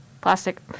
plastic